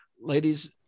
ladies